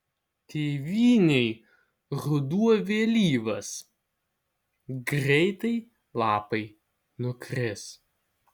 tėvynėj ruduo vėlyvas greitai lapai nukris